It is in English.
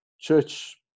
church